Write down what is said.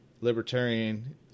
Libertarian